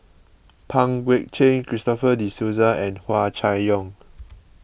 Pang Guek Cheng Christopher De Souza and Hua Chai Yong